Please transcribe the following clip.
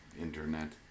internet